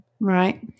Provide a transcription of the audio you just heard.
Right